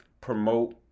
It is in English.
promote